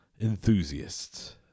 enthusiasts